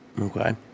Okay